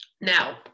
Now